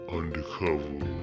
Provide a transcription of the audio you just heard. undercover